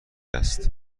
است